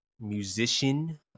musician